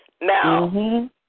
Now